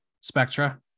Spectra